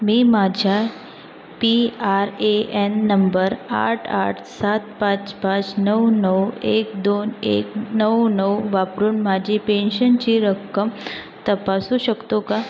मी माझ्या P R A N नंबर आठ आठ सात पाच पाच नऊ नऊ एक दोन एक नऊ नऊ वापरून माझी पेन्शनची रक्कम तपासू शकतो का